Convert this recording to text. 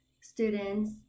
students